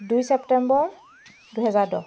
দুই ছেপ্টেম্বৰ দুহেজাৰ দহ